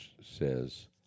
says